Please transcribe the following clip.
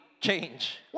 change